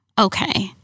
okay